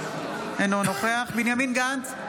אינו נוכח בנימין גנץ,